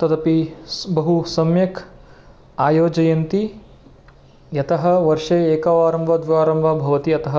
तदपि बहु सम्यक् आयोजयन्ति यतः वर्षे एकवारं वा द्विवारं वा भवति अतः